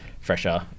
fresher